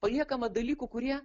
paliekama dalykų kurie